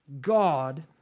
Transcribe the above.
God